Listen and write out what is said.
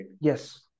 Yes